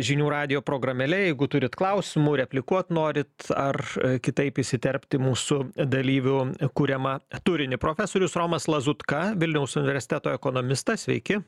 žinių radijo programėle jeigu turit klausimų replikuot norit ar kitaip įsiterpt į mūsų dalyvių kuriamą turinį profesorius romas lazutka vilniaus universiteto ekonomistas sveiki